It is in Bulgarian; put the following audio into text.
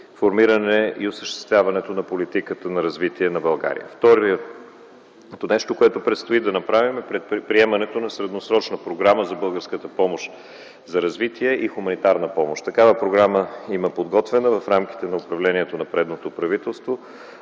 формирането и осъществяването на политиката на развитие на България. Второто нещо, което предстои да направим, е приемането на средносрочна програма за българската помощ за развитие и хуманитарна помощ. Такава програма има подготвена в рамките на управлението на предишното правителство.